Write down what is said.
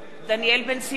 דניאל בן-סימון,